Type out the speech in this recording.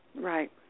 Right